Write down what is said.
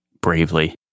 bravely